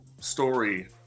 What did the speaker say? story